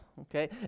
Okay